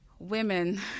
women